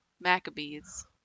Maccabees